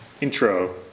Intro